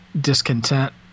discontent